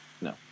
no